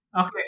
Okay